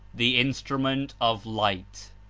the instrument of light.